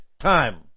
time